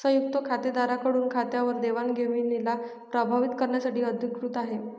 संयुक्त खातेदारा कडून खात्यावर देवाणघेवणीला प्रभावीत करण्यासाठी अधिकृत आहे